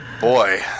Boy